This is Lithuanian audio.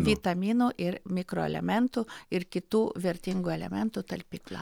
vitaminų ir mikroelementų ir kitų vertingų elementų talpykla